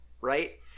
right